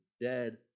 dead